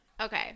okay